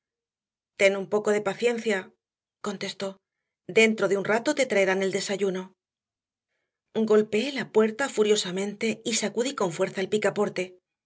ten un poco de paciencia contestó dentro de un rato te traerán el desayuno golpeé la puerta furiosamente y sacudí con fuerza el picaporte